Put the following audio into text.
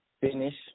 finish